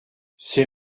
ces